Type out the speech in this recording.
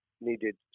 needed